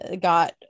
got